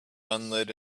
unlit